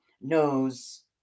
knows